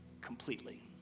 completely